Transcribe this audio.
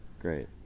Great